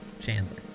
Chandler